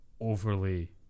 overly